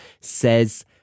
says